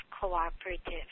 cooperative